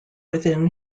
within